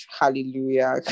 Hallelujah